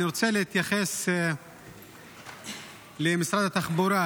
אני רוצה להתייחס למשרד התחבורה.